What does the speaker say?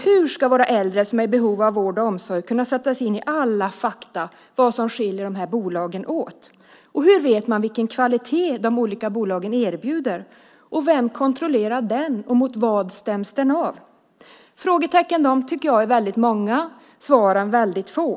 Hur ska våra äldre som är i behov av vård och omsorg kunna sätta sig in i alla fakta om vad som skiljer de här bolagen åt? Hur vet man vilken kvalitet de olika bolagen erbjuder? Vem kontrollerar den, och mot vad stäms den av? Frågetecknen är, tycker jag, väldigt många och svaren väldigt få.